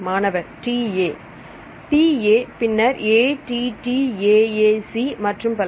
மாணவர் TA TA பின்னர் ATTAA C மற்றும் பல